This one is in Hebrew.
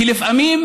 כי לפעמים,